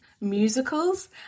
musicals